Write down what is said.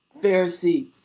Pharisee